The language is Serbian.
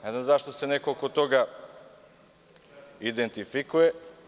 Ne znam zašto se neko oko toga identifikuje?